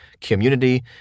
community